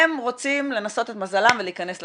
הם רוצים לנסות את מזלם ולהיכנס לתחום.